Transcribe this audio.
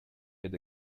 had